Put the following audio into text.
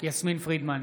יסמין פרידמן,